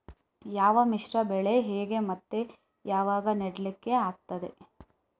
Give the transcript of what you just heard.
ಯಾವ ಮಿಶ್ರ ಬೆಳೆ ಹೇಗೆ ಮತ್ತೆ ಯಾವಾಗ ನೆಡ್ಲಿಕ್ಕೆ ಆಗ್ತದೆ?